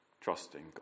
trusting